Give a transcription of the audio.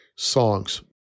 songs